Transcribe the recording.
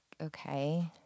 Okay